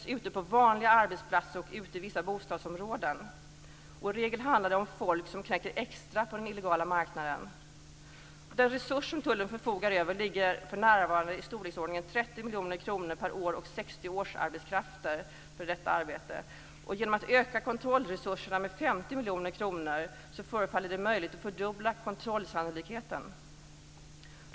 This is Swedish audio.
I regel handlar det om människor som knäcker extra på den illegala marknaden. Genom att öka kontrollresurserna med 50 miljoner kronor förefaller det möjligt att fördubbla kontrollsannolikheten.